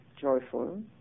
joyful